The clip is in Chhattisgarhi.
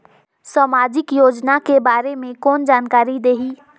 समाजिक योजना के बारे मे कोन जानकारी देही?